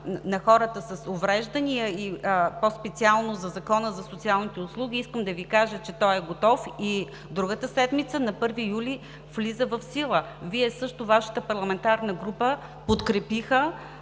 на хората с увреждания и по-специално на Закона за социалните услуги, искам да Ви кажа, че той е готов и другата седмица на 1 юли влиза в сила. Вашата парламентарна група също подкрепиха,